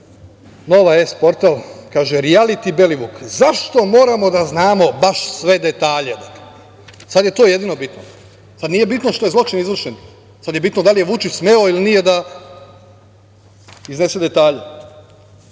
„Nova S“ portal kaže – rijaliti Belivuk, zašto moramo da znamo baš sve detalje? Sad je to jedino bitno. Sad nije bitno što je zločin izvršen, sad je bitno da li je Vučić smeo ili nije da iznese detalje. Portal